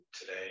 today